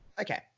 Okay